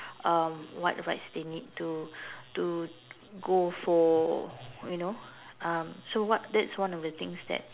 um what rights they need to to go for you know um so what that's one of the things that